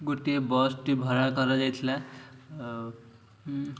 ଗୋଟିଏ ବସ୍ଟି ଭଡ଼ା କରାଯାଇଥିଲା ଆଉ